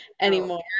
anymore